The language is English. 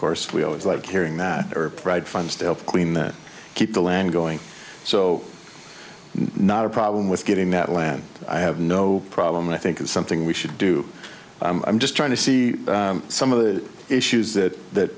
course we always like hearing that are provide funds to help clean that keep the land going so not a problem with getting that land i have no problem and i think it's something we should do i'm just trying to see some of the issues that ha